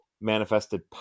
manifested